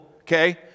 okay